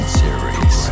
series